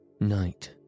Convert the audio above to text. Night